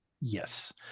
yes